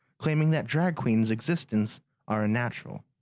claiming that drag queens existence are unnatural.